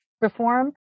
reform